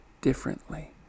differently